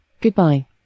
Goodbye